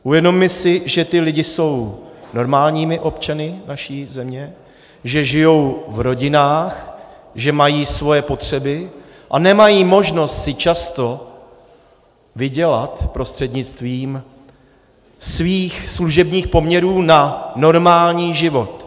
Uvědomme si, že ti lidé jsou normálními občany naší země, že žijí v rodinách, že mají svoje potřeby a nemají možnost si často vydělat prostřednictvím svých služebních poměrů na normální život.